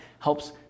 helps